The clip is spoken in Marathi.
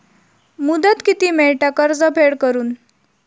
मुदत किती मेळता कर्ज फेड करून?